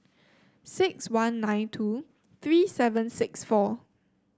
six one nine two three seven six four